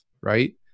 right